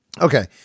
Okay